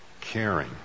caring